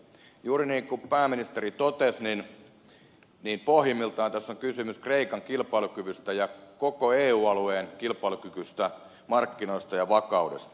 juuri niin kuin pääministeri totesi pohjimmiltaan tässä on kysymys kreikan kilpailukyvystä ja koko eu alueen kilpailukyvystä markkinoista ja vakaudesta